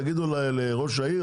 תגידו לראש העיר,